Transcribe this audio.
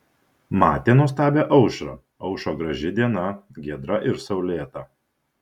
matė nuostabią aušrą aušo graži diena giedra ir saulėta